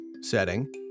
setting